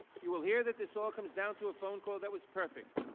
you will hear that this all comes down to a phone call that was perfect.